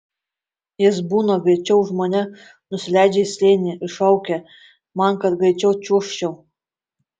jis būna greičiau už mane nusileidžia į slėnį ir šaukia man kad greičiau čiuožčiau